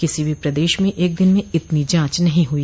किसी भी प्रदेश में एक दिन में इतनी जांच नहीं हुई